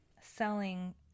selling